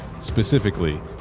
Specifically